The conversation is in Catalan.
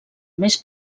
més